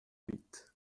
huit